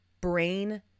brain